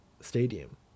stadium